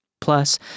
Plus